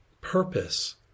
purpose